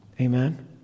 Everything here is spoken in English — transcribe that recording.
Amen